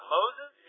Moses